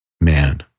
man